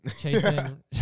chasing